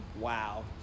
wow